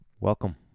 Welcome